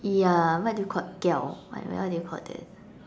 ya what do you call what what do you call that